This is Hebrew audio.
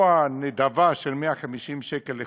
לא הנדבה של 150 שקל לחודש,